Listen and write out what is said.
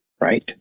right